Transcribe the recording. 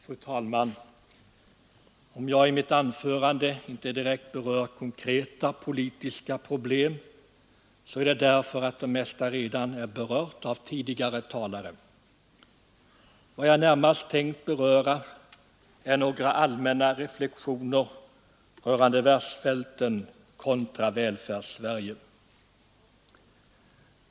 Fru talman! Om jag i mitt anförande inte direkt tar upp konkreta politiska problem, så är det därför att det mesta redan är berört av tidigare talare. Vad jag närmast tänkt framföra är några allmänna reflexioner rörande världssvälten kontra Välfärdssverige.